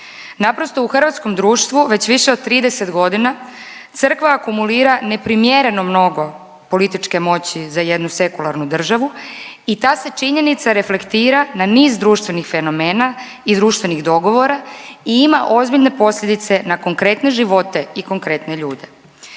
Naprosto, u hrvatskom društvu već više od 30 godina Crkva akumulira neprimjereno mnogo političke moći za jednu sekularnu državu i ta se činjenica reflektira na niz društvenih fenomena i društvenih dogovora i ima ozbiljne posljedice na konkretne živote i konkretne ljude.